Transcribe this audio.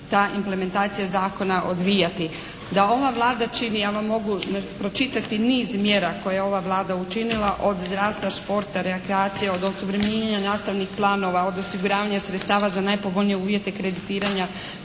ta implementacija zakona odvijati. Da ova Vlada čini, ja vam mogu pričati niz mjera koje je ova Vlada učinila od zdravstva, sporta, rekreacije, osuvremenjenja nastavnih planova, od osiguravanja sredstava za najpovoljnije uvjete kreditiranja